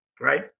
right